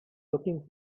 looking